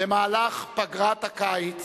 במהלך פגרת הקיץ